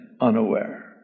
unaware